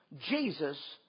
Jesus